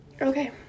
Okay